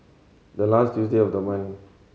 the last Tuesday of the month